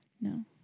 No